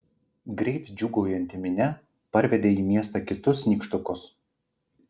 greit džiūgaujanti minia parvedė į miestą kitus nykštukus